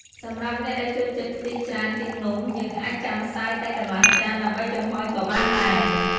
សម្រាប់អ្នកដែលចូលចិត្តខ្ទិះច្រើនជាងនំ យើងអាចចាក់ម្សៅតែកន្លះចាន ដើម្បីចំហុយក៏បានដែរ។